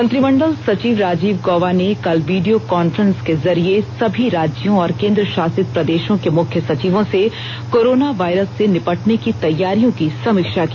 मंत्रिमण्डल सचिव राजीव गॉबा ने कल वीडियो कॉन्फ्रेंस के जरिए सभी राज्यों और केन्द्रशासित प्रदेशों के मुख्य सचिवों से कोरोना वायरस से निपटने की तैयारियों की समीक्षा की